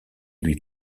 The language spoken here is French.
lui